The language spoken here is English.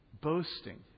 boasting